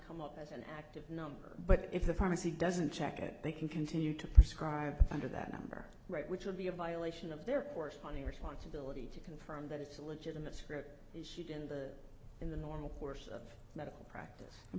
come out as an active number but if the pharmacy doesn't check it they can continue to prescribe under that number right which would be a violation of their corresponding responsibility to confirm that it's a legitimate script issued in the in the normal course of medical practice and